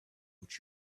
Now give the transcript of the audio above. that